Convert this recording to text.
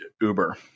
Uber